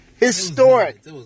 Historic